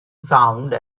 sound